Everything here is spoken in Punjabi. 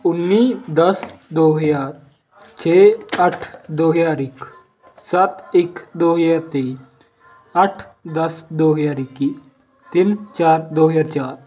ਉੱਨੀ ਦਸ ਦੋ ਹਜ਼ਾਰ ਛੇ ਅੱਠ ਦੋ ਹਜ਼ਾਰ ਇੱਕ ਸੱਤ ਇੱਕ ਦੋ ਹਜ਼ਾਰ ਤੇਈ ਅੱਠ ਦਸ ਦੋ ਹਜ਼ਾਰ ਇੱਕੀ ਤਿੰਨ ਚਾਰ ਦੋ ਹਜ਼ਾਰ ਚਾਰ